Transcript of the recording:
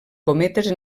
cometes